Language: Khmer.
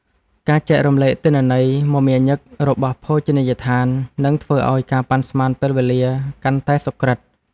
ការចែករំលែកទិន្នន័យមមាញឹករបស់ភោជនីយដ្ឋាន នឹងធ្វើឱ្យការប៉ាន់ស្មានពេលវេលាកាន់តែសុក្រឹត។